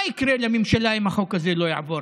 מה יקרה לממשלה הזאת אם החוק הזה לא יעבור,